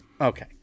Okay